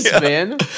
man